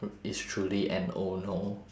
it's truly N O no